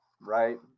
right